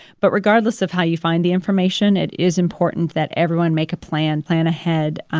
but regardless of how you find the information, it is important that everyone make a plan, plan ahead,